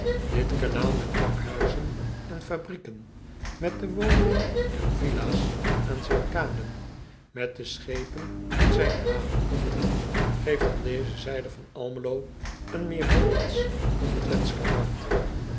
it kanaal met de pakhuizen en fabrieken met de woningen en de villa s aan zijn kaden met de schepen in zijn haven geeft aan deze zijde van lmelo een meer ollandsen dan wenthsch karakter